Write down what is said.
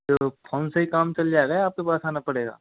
तो फ़ोन से ही काम चल जाएगा या आपके पास आना पड़ेगा